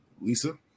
Lisa